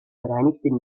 vereinigten